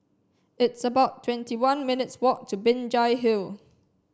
it's about twenty one minutes' walk to Binjai Hill